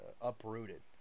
uprooted